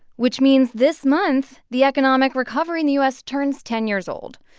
which means this month, the economic recovery in the u s. turns ten years old.